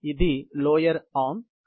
ఇది lower arm